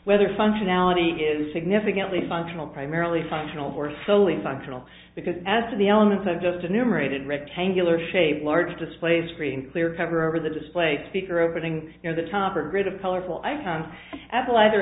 whether functionality is significantly functional primarily functional or fully functional because as to the elements of just enumerated rectangular shape large display screen clear cover over the display speaker opening near the top or grid of colorful i phone apple either